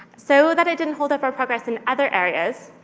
so that it didn't hold up our progress in other areas,